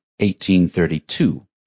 1832